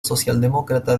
socialdemócrata